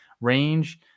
range